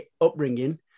upbringing